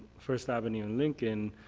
first avenue and lincoln,